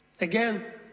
Again